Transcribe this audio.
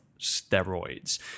steroids